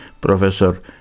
Professor